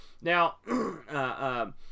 Now